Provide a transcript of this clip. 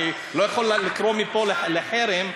אני לא יכול לקרוא מפה לחרם,